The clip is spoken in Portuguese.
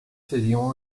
seriam